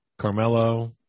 Carmelo